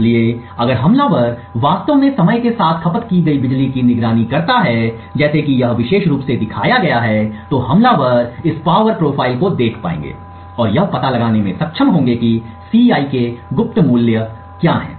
इसलिए अगर हमलावर वास्तव में समय के साथ खपत की गई बिजली की निगरानी करता है जैसे कि यह विशेष रूप से दिखाया गया है तो हमलावर बस इस पावर प्रोफाइल को देख पाएंगे और यह पता लगाने में सक्षम होंगे कि Ci के गुप्त मूल्य क्या हैं